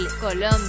Colombia